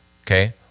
Okay